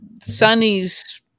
Sonny's